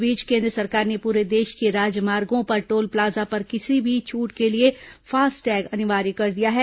इस बीच केन्द्र सरकार ने पूरे देश के राजमार्गो पर टोल प्लाजा पर किसी भी छूट के लिए फास्टैग अनिवार्य कर दिया है